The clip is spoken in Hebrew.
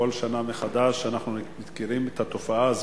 כל שנה מחדש, אנחנו מכירים את התופעה הזאת,